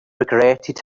regretted